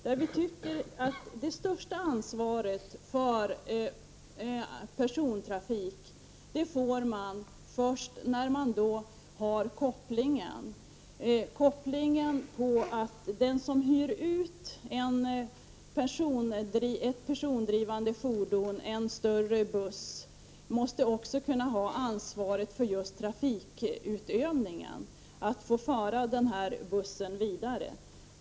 Det största ansvaret för persontrafiken får man först, anser vi, när det finns en koppling mellan att den som hyr ut ett fordon för personbefordran, en större buss, också har ansvaret för trafikutövningen, att framföra bussen.